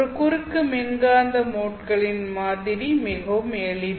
ஒரு குறுக்கு மின்காந்த மோட்களின் மாதிரி மிகவும் எளிது